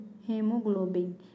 hemoglobin